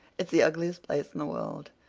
it's the ugliest place in the world.